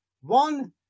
One